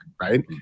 Right